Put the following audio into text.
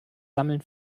sammeln